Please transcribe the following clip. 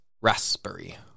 raspberry